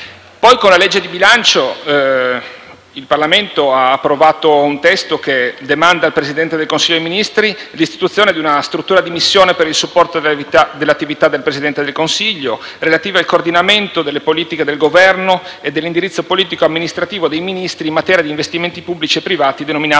Poi, con la legge di bilancio, il Parlamento ha approvato un testo che demanda al Presidente del Consiglio dei ministri l'istituzione di una struttura di missione per il supporto delle attività del Presidente del Consiglio relative al coordinamento delle politiche del Governo e dell'indirizzo politico-amministrativo dei Ministri in materia di investimenti pubblici e privati, denominata